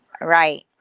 right